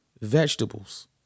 vegetables